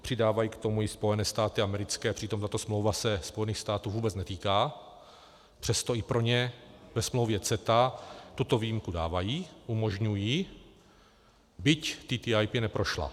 Přidávají k tomu i Spojené státy americké, a přitom tato smlouva se Spojených států vůbec netýká, přesto i pro ně ve smlouvě CETA tuto výjimku dávají, umožňují, byť TTIP neprošla.